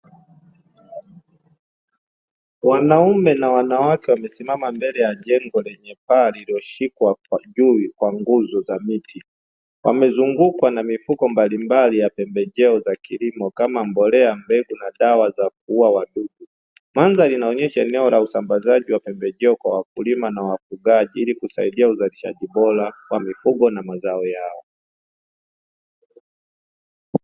Wanaume na wanawake wamesimama mbele ya jengo lenye paa lililoshikwa vizuri kwa nguzo za miti, wamezungukwa na mifuko mbalimbali ya pembejeo za kilimo kama mbolea, mbegu na dawa za kuua wadudu. mandhari inaonyesha eneo la usambazaji wa pembejeo kwa wakulima na wafugaji ili kusaidia uzalishaji bora wa mifugo na mazao yao.